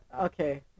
okay